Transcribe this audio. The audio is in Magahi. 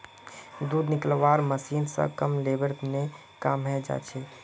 दूध निकलौव्वार मशीन स कम लेबर ने काम हैं जाछेक